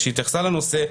כשהתייחסה לנושא,